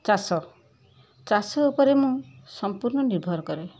ଚାଷ ଚାଷ ଉପରେ ମୁଁ ସମ୍ପୂର୍ଣ୍ଣ ନିର୍ଭର କରେ